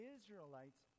Israelites